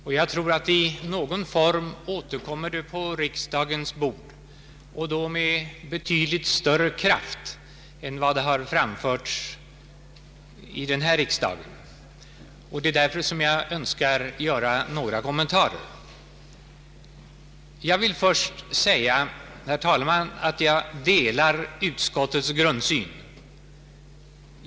Jag tror också att det i någon form återkommer på riksdagens bord och då med betydligt större kraft än som har varit fallet vid denna riksdag. Jag önskar därför göra några kommentarer. Jag vill först säga, herr talman, att jag delar utskottets grundsyn.